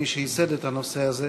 כמי שייסד את הנושא הזה,